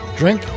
drink